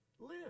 live